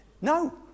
no